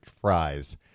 fries